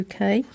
UK